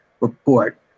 report